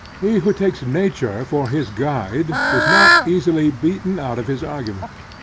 he who takes nature for his guide is not easily beaten out of his argument,